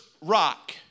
rock